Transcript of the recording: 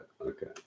Okay